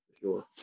sure